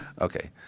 Okay